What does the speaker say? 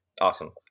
Awesome